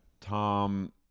Tom